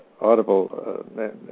audible